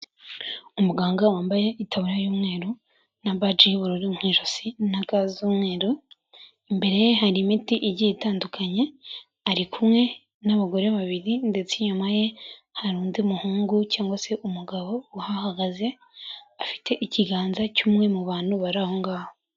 Umuganga wambaye itaburiya y'umweru na baji y'ubururu mu ijosi na ga z'umweru, imbere ye hari imiti igiye itandukanye, ari kumwe n'abagore babiri ndetse inyuma ye hari undi muhungu cyangwa se umugabo uhagaze, afite ikiganza cy'umwe mu bantu bari aho ngaho.